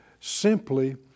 simply